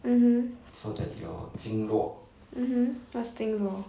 mmhmm mmhmm what's 经络